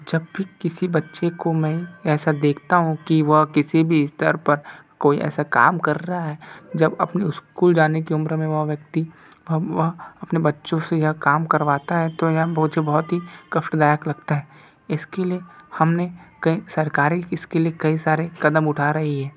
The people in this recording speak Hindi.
जब भी किसी बच्चे को मैं ऐसा देखता हूँ कि वह किसी भी स्तर पर कोई ऐसा काम कर रहा है जब अपनी स्कूल जाने की उम्र में वो व्यक्ति वह अपने बच्चों से यह काम करवाता है तो यह मुझे बहुत ही कष्टदायक लगता है इसके लिए हमने कई सरकारें इसके लिए कई सारे कदम उठा रही है